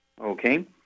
Okay